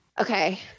Okay